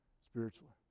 spiritually